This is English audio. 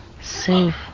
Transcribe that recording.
Save